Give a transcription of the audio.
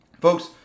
Folks